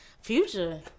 Future